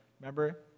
Remember